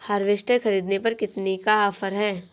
Harvester ख़रीदने पर कितनी का ऑफर है?